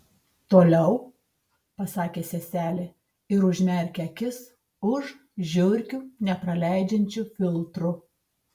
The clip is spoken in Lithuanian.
toliau pasakė seselė ir užmerkė akis už žiurkių nepraleidžiančių filtrų